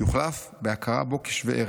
יוחלף בהכרה בו כשווה ערך.